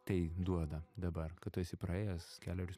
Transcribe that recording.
tai duoda dabar kad tu esi praėjęs kelerius